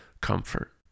comfort